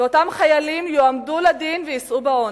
ואותם חיילים יועמדו לדין ויישאו בעונש.